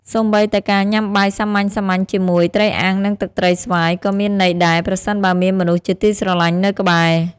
សូម្បីតែការញ៉ាំបាយសាមញ្ញៗជាមួយ "ត្រីអាំង និងទឹកត្រីស្វាយ" ក៏មានន័យដែរ ប្រសិនបើមានមនុស្សជាទីស្រឡាញ់នៅក្បែរ។